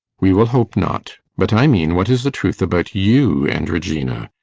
we will hope not. but i mean, what is the truth about you and regina?